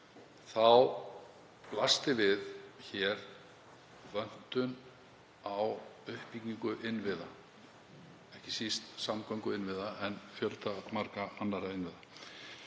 þá blasti við vöntun á uppbyggingu innviða, ekki síst samgönguinnviða en fjölda margra annarra innviða,